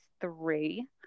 three